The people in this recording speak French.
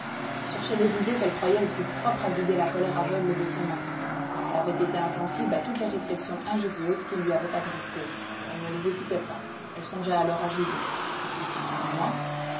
elle cherchait les idées qu'elle croyait les plus propres à guider la colère aveugle de son mari elle avait été insensible à toutes les réflexions injurieuses qu'il lui avait adressées elle ne les écoutait pas elle songeait alors à julien sera-t-il content de moi